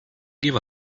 give